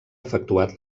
efectuat